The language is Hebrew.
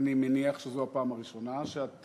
אני מניח שזו הפעם הראשונה שאת